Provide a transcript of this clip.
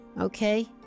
okay